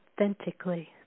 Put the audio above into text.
authentically